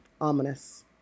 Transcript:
ominous